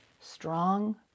strong